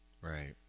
Right